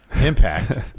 Impact